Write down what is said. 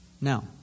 Now